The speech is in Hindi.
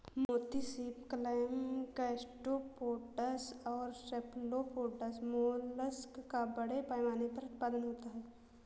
मोती सीप, क्लैम, गैस्ट्रोपोड्स और सेफलोपोड्स मोलस्क का बड़े पैमाने पर उत्पादन होता है